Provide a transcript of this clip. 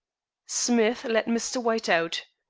smith let mr. white out.